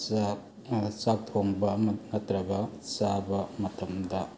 ꯆꯥꯛ ꯆꯥꯛ ꯊꯣꯡꯕ ꯑꯃ ꯅꯠꯇ꯭ꯔꯒ ꯆꯥꯕ ꯃꯇꯝꯗ